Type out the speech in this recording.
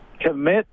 commit